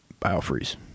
Biofreeze